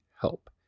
help